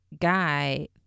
guy